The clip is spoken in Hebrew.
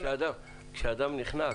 כשאדם נחנק,